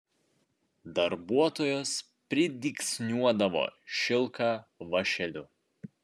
darbuotojos pridygsniuodavo šilką vąšeliu